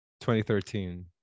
2013